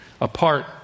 apart